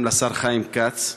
גם לשר חיים כץ,